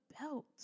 belt